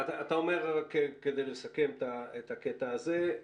כדי לסכם את הקטע הזה,